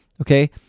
okay